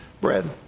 bread